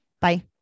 Bye